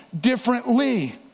differently